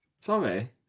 Sorry